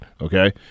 Okay